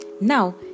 Now